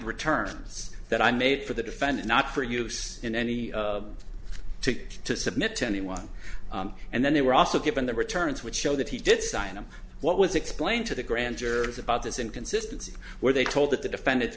returns that i made for the defendant not for use in any ticket to submit to anyone and then they were also given the returns which show that he did sign them what was explained to the grand jurors about this inconsistency where they told that the defendant